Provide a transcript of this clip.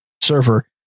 server